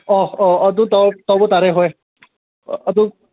ꯑꯣ ꯑꯣ ꯑꯗꯨ ꯇꯧꯕ ꯇꯥꯔꯦ ꯍꯣꯏ ꯑꯗꯨ